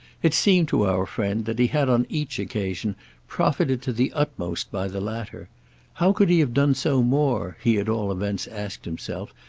it seemed to our friend that he had on each occasion profited to the utmost by the latter how could he have done so more, he at all events asked himself,